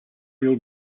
wheel